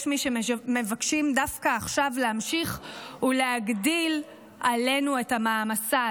יש מי שמבקשים דווקא עכשיו להמשיך ולהגדיל עלינו את המעמסה,